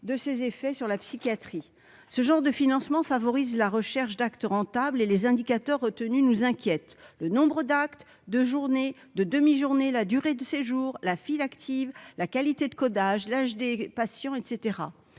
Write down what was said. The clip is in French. de ses effets sur la psychiatrie ce genre de financement favorise la recherche d'actes rentables et les indicateurs retenus nous inquiète, le nombre d'actes de journée de demi-journées, la durée du séjour, la file active la qualité de codage, l'âge des patients, et